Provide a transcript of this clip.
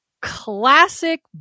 classic